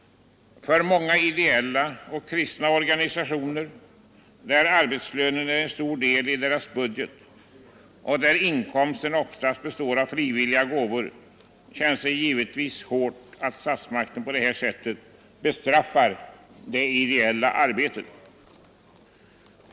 För många ideella och kristna organisationer, där arbetslönen är en stor del av budgeten och där inkomsterna oftast består av frivilliga gåvor, känns det givetvis hårt att statsmakten på detta sätt bestraffar det ideella arbetet.